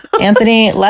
anthony